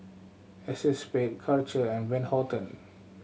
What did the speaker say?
Acexspade Karcher and Van Houten